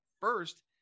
first